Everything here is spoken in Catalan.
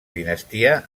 dinastia